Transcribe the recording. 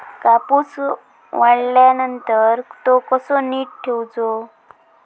कापूस काढल्यानंतर तो कसो नीट ठेवूचो?